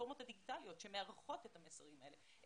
הפלטפורמות הדיגיטליות שמארחות את המסרים האלה,